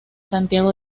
santiago